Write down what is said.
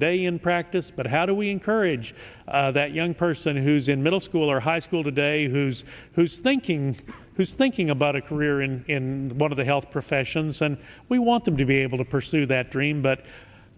today in practice but how do we encourage that young person who's in middle school or high school today who's who's thinking who's thinking about a career in one of the health professions and we want them to be able to pursue that dream but